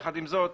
יחד עם זאת,